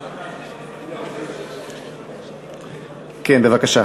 כן, בבקשה.